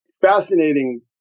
fascinating